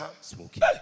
smoking